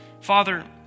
Father